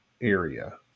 area